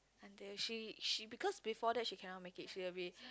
until she she because before that she cannot make it she will be